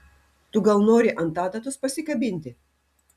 tu gal nori ant adatos pasikabinti